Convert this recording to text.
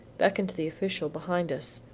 beckoned to the official behind us.